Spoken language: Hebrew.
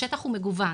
השטח הוא מגוון,